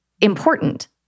important